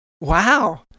wow